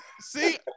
See